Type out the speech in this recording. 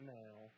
now